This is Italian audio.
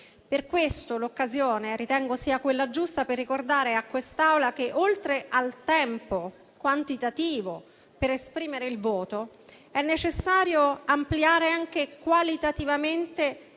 Per questo l'occasione ritengo sia quella giusta per ricordare a questa Assemblea che, oltre all'aspetto quantitativo del tempo per esprimere il voto, è necessario ampliare anche qualitativamente